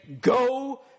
go